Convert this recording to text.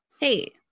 Hey